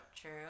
True